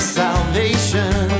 salvation